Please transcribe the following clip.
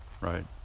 Right